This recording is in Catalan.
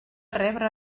rebre